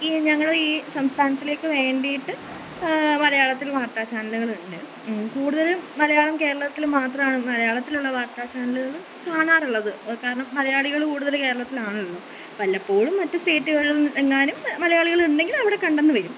ഈ ഞങ്ങളെ ഈ സംസ്ഥാനത്തിലേക്ക് വേണ്ടിയിട്ട് മലയാളത്തിൽ വാര്ത്താചാനലുകളുണ്ട് കൂടുതലും മലയാളം കേരളത്തിൽ മാത്രമാണ് മലയാളത്തിലുള്ള വാര്ത്താചാനലുകൾ കാണാറുള്ളത് കാരണം മലയാളികൾ കൂടുതൽ കേരളത്തിലാണല്ലോ വല്ലപ്പോഴും മറ്റു സ്റ്റേറ്റുളില് എങ്ങാനും മലയാളികൾ ഉണ്ടെങ്കില് അവിടെ കണ്ടെന്ന് വരും